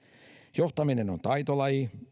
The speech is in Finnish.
johtaminen on taitolaji